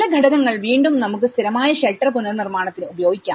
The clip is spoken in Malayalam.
ചില ഘടകങ്ങൾ വീണ്ടും നമുക്ക് സ്ഥിരമായ ഷെൽട്ടർ പുനർ നിർമ്മാണത്തിന് ഉപയോഗിക്കാം